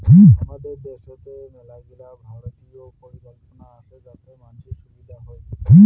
হামাদের দ্যাশোত মেলাগিলা ভারতীয় পরিকল্পনা আসে যাতে মানসির সুবিধা হই